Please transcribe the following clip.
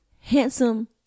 handsome